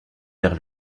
vers